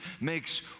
makes